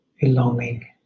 belonging